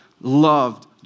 loved